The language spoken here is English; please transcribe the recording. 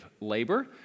labor